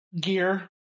gear